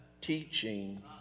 teaching